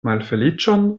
malfeliĉon